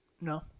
No